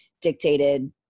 dictated